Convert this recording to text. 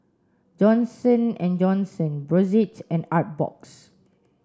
Johnson and Johnson Brotzeit and Artbox